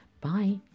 Bye